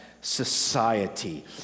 society